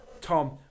Tom